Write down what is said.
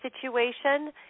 situation